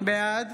בעד